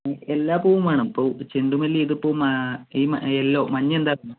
മ് എല്ലാ പൂവും വേണം ഇപ്പോൾ ചെണ്ടുമല്ലി ഇതിപ്പോൾ ഈ യെല്ലോ മഞ്ഞ എന്തായാലും